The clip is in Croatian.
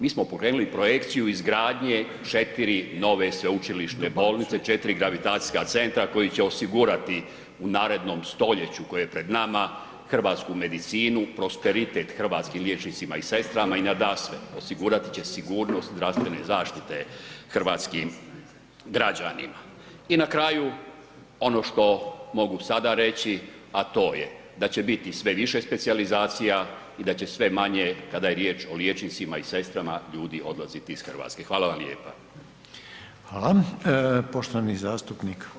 Mi smo pokrenuli projekciju izgradnje 4 nove sveučilišne bolnice, 4 gravitacijska centra koji će osigurati u narednom stoljeću koje je pred nama hrvatsku medicinu, prosperitet hrvatskim liječnicima i sestrama i nadasve osigurati će sigurnost zdravstvene zaštite hrvatskim građanima i na kraju ono što mogu sada reći, a to je da će biti sve više specijalizacija i da će sve manje, kada je riječ o liječnicima i sestrama, ljudi odlaziti iz RH.